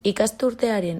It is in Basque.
ikasturtearen